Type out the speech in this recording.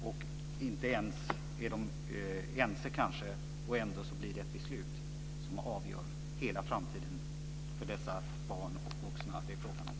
De kanske inte ens är ense, ändå blir det ett beslut som avgör hela framtiden för de barn och vuxna det är fråga om.